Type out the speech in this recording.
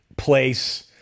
place